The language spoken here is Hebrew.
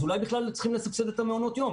אז אולי בכלל צריכים לסבסד את מעונות היום?